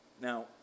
Now